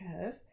curve